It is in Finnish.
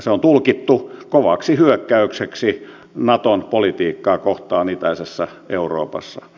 se on tulkittu kovaksi hyökkäykseksi naton politiikkaa kohtaan itäisessä euroopassa